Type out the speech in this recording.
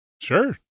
Sure